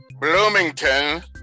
Bloomington